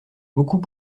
beaucoup